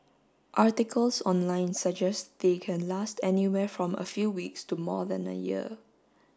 articles online suggest they can last anywhere from a few weeks to more than a year